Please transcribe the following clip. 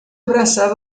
abraçar